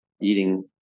eating